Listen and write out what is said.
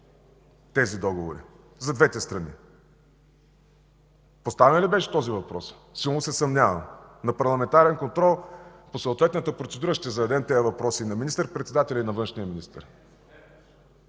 справедливи за двете страни.” Поставен ли беше този въпрос? Силно се съмнявам. На парламентарен контрол по съответната процедура ще зададем тези въпроси на министър-председателя и на външния министър.